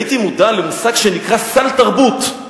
הייתי מודע למושג שנקרא סל תרבות.